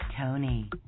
Tony